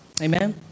Amen